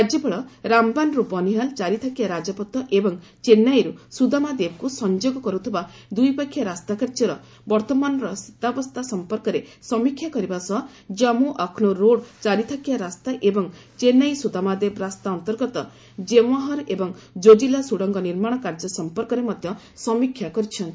ରାଜ୍ୟପାଳ ରାମ୍ବାନ୍ରୁ ବନିହାଲ୍ ଚାରିଥାକିଆ ରାଜପଥ ଏବଂ ଚେନ୍ନାଇରୁ ସୁଦାମାଦେବ୍କୁ ସଂଯୋଗ କରୁଥିବା ଦୁଇପାଖିଆ ରାସ୍ତାକାର୍ଯ୍ୟର ବର୍ତ୍ତମାନର ସ୍ଥିତାବସ୍ଥା ସଂପର୍କରେ ସମୀକ୍ଷା କରିବା ସହ କାଞ୍ଗୁ ଅଖ୍ନୁର୍ ରୋଡ୍ ଚାରିଥାକିଆ ରାସ୍ତା ଏବଂ ଚେନ୍ନାଇ ସୁଦାମାଦେବ ରାସ୍ତା ଅନ୍ତର୍ଗତ ଜେମୋହାର ଏବଂ ଜୋଜିଲା ସୁଡ଼ଙ୍ଗ ନିର୍ମାଣ କାର୍ଯ୍ୟ ସଂପର୍କରେ ମଧ୍ୟ ସମୀକ୍ଷା କରିଚ୍ଚନ୍ତି